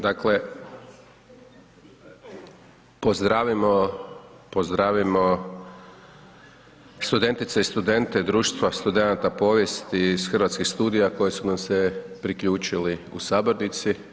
Dakle pozdravimo studentice i studente Društva studenata povijesti iz Hrvatskih studija koji su nam se priključili u sabornici.